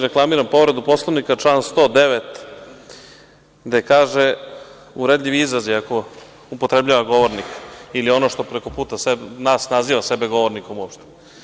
Reklamiram povredu Poslovnika, član 109, gde kaže – uvredljivi izraz je ako upotrebljava govornik, ili ono što prekoputa nas naziva sebe govornikom uopšte.